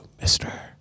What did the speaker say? mister